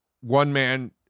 one-man